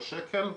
עם זאת,